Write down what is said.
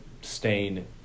stain